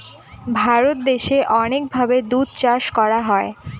ভারত দেশে অনেক ভাবে দুধ চাষ করা হয়